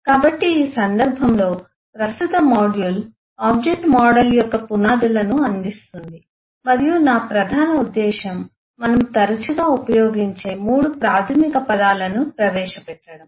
కాబట్టి ఈ సందర్భంలో ప్రస్తుత మాడ్యూల్ ఆబ్జెక్ట్ మోడల్ యొక్క పునాదులను అందిస్తుంది మరియు నా ప్రధాన ఉద్దేశ్యం మనం తరచుగా ఉపయోగించే 3 ప్రాథమిక పదాలను ప్రవేశపెట్టడం